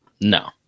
no